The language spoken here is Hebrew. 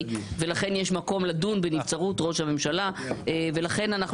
ולכן יש מקום לדון בנבצרות ראש הממשלה ולכן אנחנו